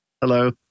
Hello